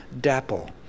dapple